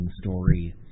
story